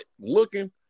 looking